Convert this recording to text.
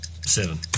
Seven